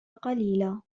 قليلة